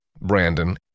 Brandon